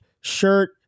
shirt